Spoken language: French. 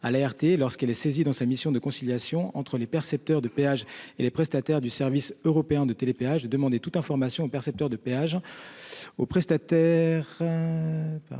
l'ART lorsqu'elle est saisie dans sa mission de conciliation entre les percepteurs de péages et les prestataires du service européen de télépéage et demander toute information percepteur des péages. Aux prestataires.